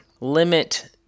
limit